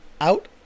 Out